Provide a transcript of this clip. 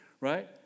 right